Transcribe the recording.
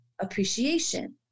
appreciation